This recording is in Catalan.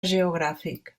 geogràfic